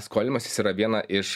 skolimasis yra viena iš